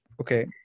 okay